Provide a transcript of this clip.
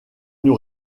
nous